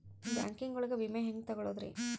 Banking ಒಳಗ ವಿಮೆ ಹೆಂಗ್ ತೊಗೊಳೋದ್ರಿ?